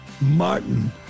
Martin